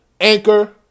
Anchor